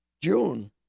June